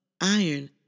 iron